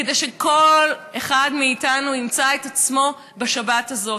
כדי שכל אחד מאיתנו ימצא את עצמו בשבת הזאת.